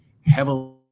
heavily